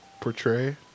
portray